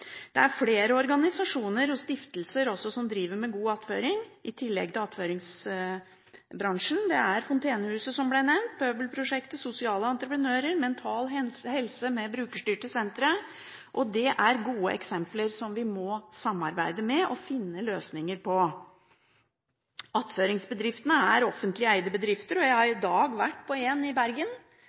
Det er flere organisasjoner og stiftelser som driver med god attføring, i tillegg til attføringsbransjen. Det er Fontenehuset – som ble nevnt, Pøbelprosjektet, sosiale entreprenører og Mental Helse med brukerstyrte sentre, og dette er gode eksempler på aktører som vi må samarbeide med, og finne løsninger sammen med. Attføringsbedriftene er offentlig eide bedrifter, og jeg har i dag vært på en av dem, i Bergen.